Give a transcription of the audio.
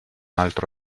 altro